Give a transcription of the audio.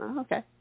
Okay